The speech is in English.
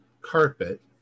carpet